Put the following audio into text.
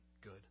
good